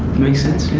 makes sense.